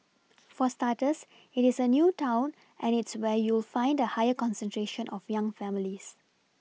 for starters it is a new town and it's where you'll find a higher concentration of young families